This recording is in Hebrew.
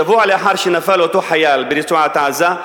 שבוע לאחר שנפל אותו חייל ברצועת-עזה,